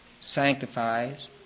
sanctifies